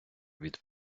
від